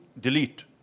delete